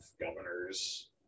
governors